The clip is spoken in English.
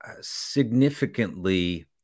significantly